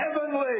heavenly